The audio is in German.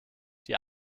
die